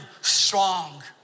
strong